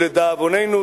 ולדאבוננו,